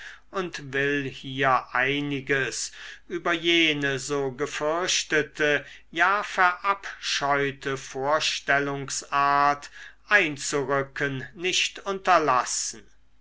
und will hier einiges über jene so gefürchtete ja verabscheute vorstellungsart einzurücken nicht unterlassen